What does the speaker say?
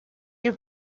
you